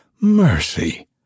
Mercy